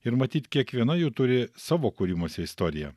ir matyt kiekviena jų turi savo kūrimosi istoriją